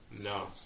No